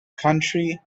country